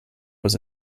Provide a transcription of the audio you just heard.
was